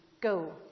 Go